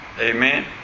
Amen